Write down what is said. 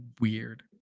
weird